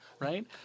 Right